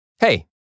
Hey